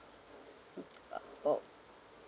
uh oh